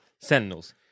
Sentinels